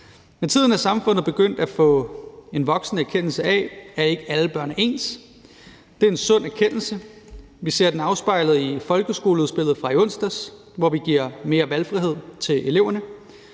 Med tiden er samfundet begyndt at få en voksende erkendelse af, at ikke alle børn er ens. Det er en sund erkendelse. Vi ser den afspejlet i folkeskoleudspillet fra i onsdags, hvor vi giver mere valgfrihed til eleverne.